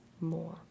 more